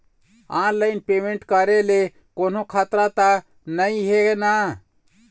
Online payment करे ले कोन्हो खतरा त नई हे न?